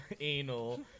anal